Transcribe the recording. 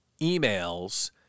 Emails